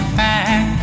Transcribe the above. back